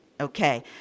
Okay